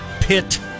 pit